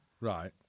Right